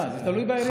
זה תלוי בעיריות.